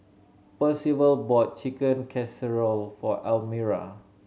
Percival bought Chicken Casserole for Almira